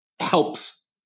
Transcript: helps